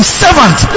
servant